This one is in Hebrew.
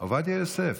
עובדיה יוסף.